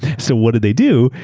so what did they do?